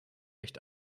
echt